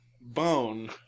Bone